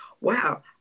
wow